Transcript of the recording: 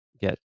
get